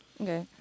Okay